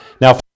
Now